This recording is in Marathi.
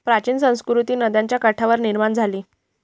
प्राचीन संस्कृती नद्यांच्या काठावर निर्माण झाली